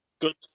Good